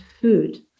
food